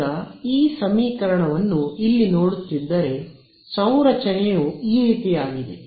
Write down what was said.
ಈಗ ಈ ಸಮೀಕರಣವನ್ನು ಇಲ್ಲಿ ನೋಡುತ್ತಿದ್ದರೆ ಸಂರಚನೆಯು ಈ ರೀತಿಯಾಗಿದೆ